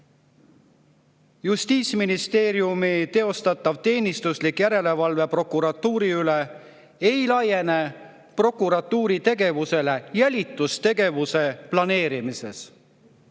Justiitsministeeriumi teostatav teenistuslik järelevalve prokuratuuri üle ei laiene prokuratuuri tegevusele jälitustegevuse planeerimises